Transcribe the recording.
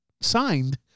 signed